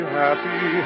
happy